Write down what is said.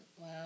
Wow